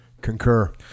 Concur